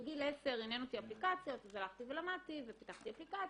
בגיל 10 עניין אותי אפליקציות אז הלכתי ולמדתי ופיתחתי אפליקציה...